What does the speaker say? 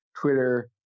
Twitter